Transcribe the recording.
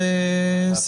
כמו שאני רואה את זה,